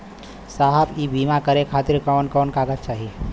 साहब इ बीमा करें खातिर कवन कवन कागज चाही?